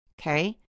Okay